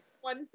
One